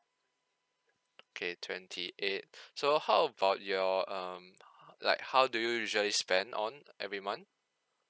okay twenty eight so how about your um h~ like how do you usually spend on every month